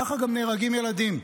ככה גם נהרגים ילדים.